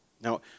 Now